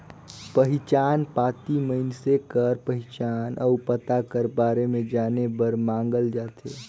पहिचान पाती मइनसे कर पहिचान अउ पता कर बारे में जाने बर मांगल जाथे